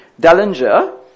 Dallinger